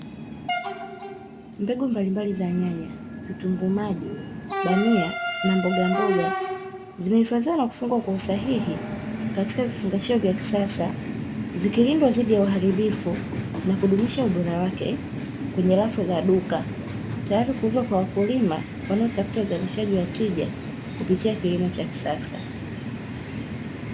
Mbegu mbaklimbali za nyanya, vitunguu maji, bamia na mbogamboga, zimehifadhiwa na kufungwa kwa usahihi katika vifungashio vya kisasa, zikilindwa dhidi ya uharibifu, na kudumisha ubora wake kwenye rafu za duka, teari kuuzwa kwa wakulima wanaotafuta uzalishaji wa tija, kupitia kilimo cha kisasa.